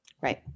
Right